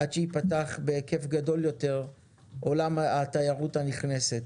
עד שייפתח בהיקף גדול יותר עולם התיירות הנכנסת.